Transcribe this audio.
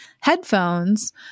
headphones